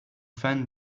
fan